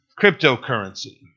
cryptocurrency